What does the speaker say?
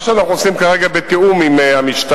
מה שאנחנו עושים כרגע, בתיאום עם המשטרה,